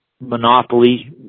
Monopoly